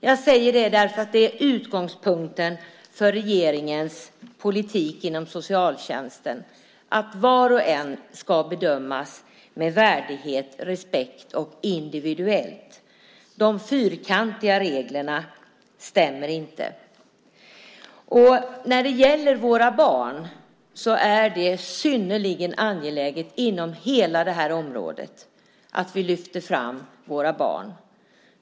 Jag säger det därför att det är utgångspunkten för regeringens politik inom socialtjänsten att var och en ska bedömas med värdighet och respekt och bedömas individuellt. De fyrkantiga reglerna stämmer inte. När det gäller våra barn är det synnerligen angeläget inom hela det här området att vi lyfter fram de frågorna.